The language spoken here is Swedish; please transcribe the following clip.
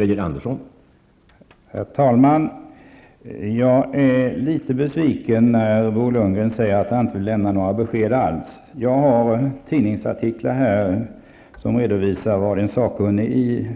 Herr talman! Jag är litet besviken över att Bo Lundgren inte vill lämna några besked alls. Jag har tidningsartiklar här som redovisar vad en sakkunnig i